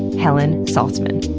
helen zaltzman.